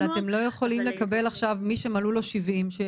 אבל אתם לא יכולים לקבל עכשיו מי שמלאו לו 70?